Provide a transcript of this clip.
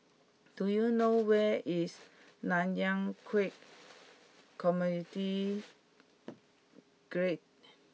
do you know where is Nanyang Khek Community Guild